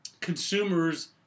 consumer's